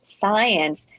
science